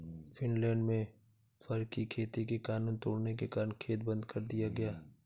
Finland में फर की खेती के कानून तोड़ने के कारण खेत बंद कर दिया गया